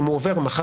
אני קורא אותך